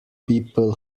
people